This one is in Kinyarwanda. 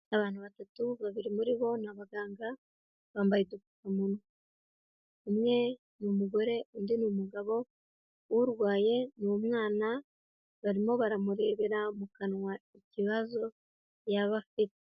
Abantu batatu babiri muri bo ni abaganga bambaye udupfukamumwe n'umugore undi ni umugabo, urwaye n'umwana barimo baramurebera mu kanwa ikibazo yaba afite.